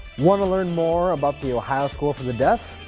wanna learn more about the ohio school for the deaf?